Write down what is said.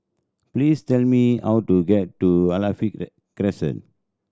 please tell me how to get to Alkaff Crescent